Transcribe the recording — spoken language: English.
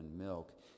milk